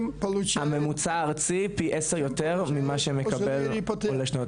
הממוצע הארצי פי עשר יותר ממה שמקבל עולה שנות